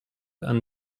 and